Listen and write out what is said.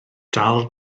dal